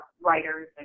writers